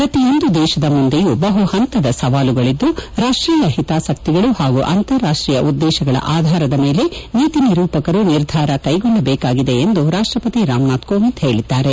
ಪ್ರತಿಯೊಂದು ದೇಶದ ಮುಂದೆಯೂ ಬಹು ಹಂತದ ಸವಾಲುಗಳಿದ್ದು ರಾಷ್ಟೀಯ ಹಿತಾಸಕ್ತಿಗಳು ಹಾಗೂ ಅಂತಾರಾಷ್ಟೀಯ ಉದ್ದೇಶಗಳ ಆಧಾರದ ಮೇಲೆ ನೀತಿ ನಿರೂಪಕರು ನಿರ್ಧಾರ ಕೈಗೊಳ್ಳಬೇಕಾಗಿದೆ ಎಂದು ರಾಷ್ಟಪತಿ ರಾಮನಾಥ್ ಕೋವಿಂದ್ ಹೇಳಿದ್ದಾರೆ